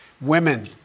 women